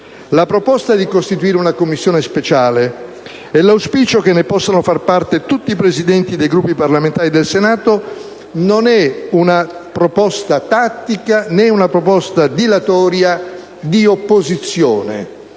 La proposta di costituire una Commissione speciale, e l'auspicio che ne possano far parte tutti i Presidenti dei Gruppi parlamentari del Senato, non è una proposta tattica, né una proposta dilatoria «di opposizione».